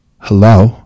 Hello